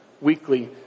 weekly